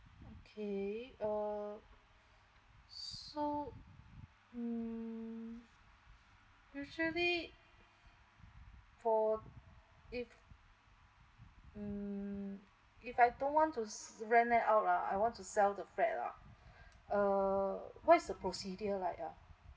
okay uh so mm usually for if mm if I don't want to s~ rent it out lah I want to sell the flat lah uh what is the procedure like ah